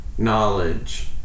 knowledge